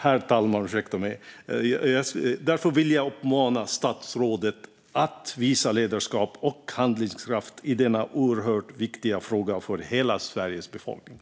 Därför, herr talman, vill jag uppmana statsrådet att visa ledarskap och handlingskraft i denna för hela Sveriges befolkning oerhört viktiga fråga.